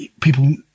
people